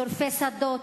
שורפי שדות,